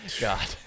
god